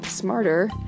smarter